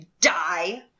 die